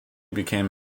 became